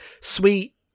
sweet